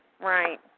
Right